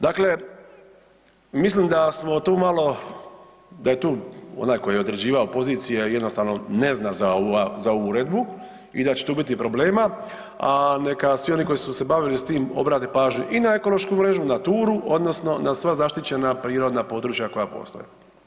Dakle, mislim da je tu onaj koji je određivao pozicije jednostavno ne zna za ovu regulu i da će tu biti problema, a neka svi oni koji su se bavili s tim obrate pažnju i na ekološku mrežu Naturu odnosno na sva zaštićena prirodna područja koja postoje.